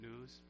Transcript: news